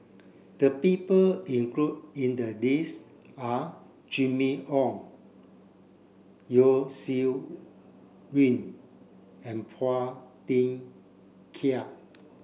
the people included in the list are Jimmy Ong Yeo Shih Yun and Phua Thin Kiay